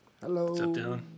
Hello